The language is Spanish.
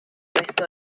resto